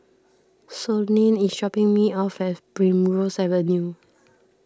Sloane is dropping me off at Primrose Avenue